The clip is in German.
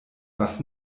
was